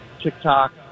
tiktok